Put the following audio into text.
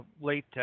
late